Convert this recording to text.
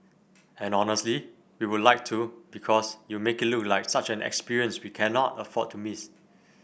and honestly we would like to because you make it look like such an experience we cannot afford to miss